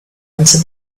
into